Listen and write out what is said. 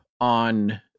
on